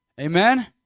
Amen